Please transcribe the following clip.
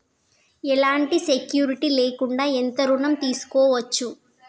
ఎలాంటి సెక్యూరిటీ లేకుండా ఎంత ఋణం తీసుకోవచ్చు?